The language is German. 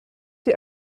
die